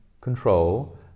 control